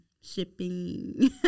shipping